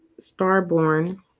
Starborn